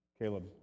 Caleb